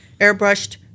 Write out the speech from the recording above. airbrushed